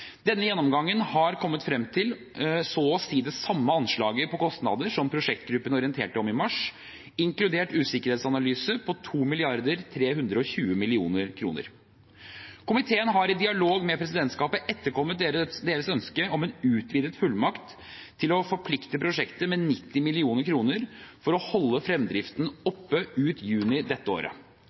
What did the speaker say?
Denne gjennomgangen har kommet frem til så å si det samme kostnadsanslaget som prosjektgruppen orienterte om i mars, inkludert usikkerhetsanalyse, på 2 320 mill. kr. Komiteen har i dialog med presidentskapet etterkommet deres ønske om en utvidet fullmakt til å forplikte prosjektet med 90 mill. kr for å holde fremdriften oppe ut juni dette året.